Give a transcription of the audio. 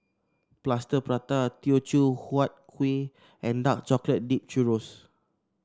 Plaster Prata Teochew Huat Kuih and Dark Chocolate Dipped Churro